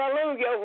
hallelujah